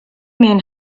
men